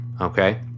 Okay